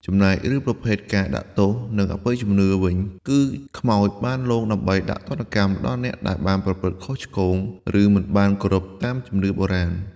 ចំណែកប្រភេទរឿងការដាក់ទោស និងអបិយជំនឿវិញ គឺខ្មោចបានលងដើម្បីដាក់ទណ្ឌកម្មដល់អ្នកដែលបានប្រព្រឹត្តខុសឆ្គង ឬមិនបានគោរពតាមជំនឿបុរាណ។